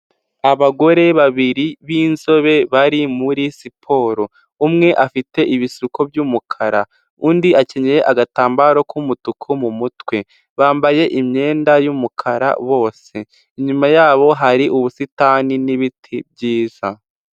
Abagore babiri b'inzobe bari muri siporo, umwe afite ibisuko by'umukara, undi akenyeye agatambaro k'umutuku mu mutwe, bambaye imyenda y'umukara bose, inyuma yabo hari ubusitani n'ibiti byiza.